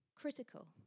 critical